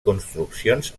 construccions